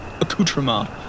Accoutrement